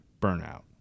Burnout